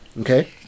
Okay